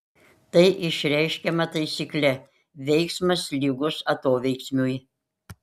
tai išreiškiama taisykle veiksmas lygus atoveiksmiui